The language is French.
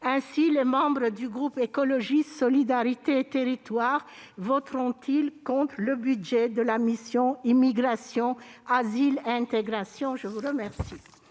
Ainsi, les membres du groupe Écologiste - Solidarité et Territoires voteront contre le budget de la mission « Immigration, asile et intégration ». La parole